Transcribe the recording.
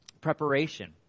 preparation